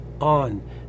on